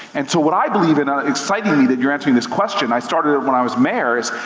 and so what i believe and ah exciting me that you're asking this question, i started when i was mayor is,